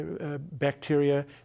bacteria